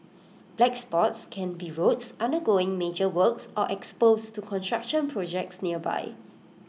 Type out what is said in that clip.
black spots can be roads undergoing major works or exposed to construction projects nearby